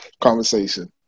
conversation